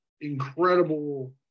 incredible